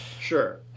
sure